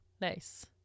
nice